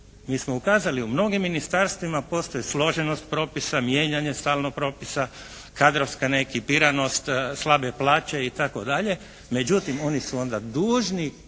mi smo ukazali u mnogim ministarstvima postoji složenost propisa, mijenjanje stalnog propisa, kadrovska neki, biranost, slabe plaće itd. Međutim, oni su onda dužni